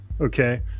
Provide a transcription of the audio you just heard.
okay